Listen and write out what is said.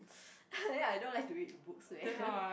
I don't like to read books leh